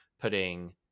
putting